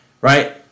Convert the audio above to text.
right